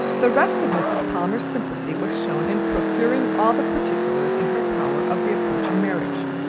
the rest of mrs. palmer's sympathy was shewn in procuring all the particulars in her power of the approaching marriage,